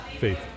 Faith